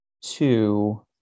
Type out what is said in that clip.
two